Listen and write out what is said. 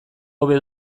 hobe